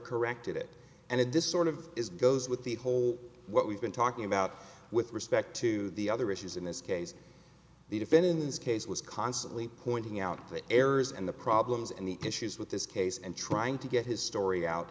corrected it and a disorder of is goes with the whole what we've been talking about with respect to the other issues in this case the defendant in this case was constantly pointing out the errors and the problems and the issues with this case and trying to get his story out